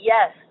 Yes